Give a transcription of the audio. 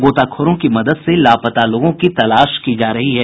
गोताखोरों की मदद से लापता लोगों की तलाश की जा रही है